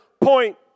point